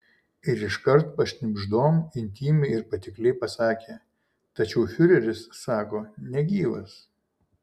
ir iškart pašnibždom intymiai ir patikliai pasakė tačiau fiureris sako negyvas